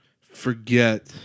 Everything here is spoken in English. forget